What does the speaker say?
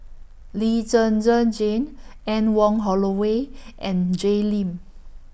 Lee Zhen Zhen Jane Anne Wong Holloway and Jay Lim